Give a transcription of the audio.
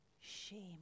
shame